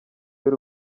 y’u